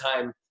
time